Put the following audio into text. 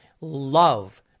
love